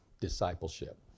discipleship